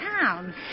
town